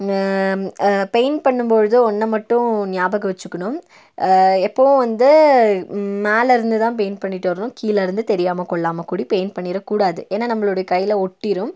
paint பண்ணும் பொழுது ஒன்றை மட்டும் ஞாபகம் வச்சுக்கணும் எப்பவும் வந்து மேலிருந்து தான் பெயிண்ட் பண்ணிட்டு வரணும் கீழிருந்து தெரியாமல் கொள்ளாமல் கூட பெயிண்ட் பண்ணிடக்கூடாது ஏன்னால் நம்மளுடைய கையில் ஒட்டிடும்